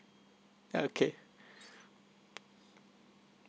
okay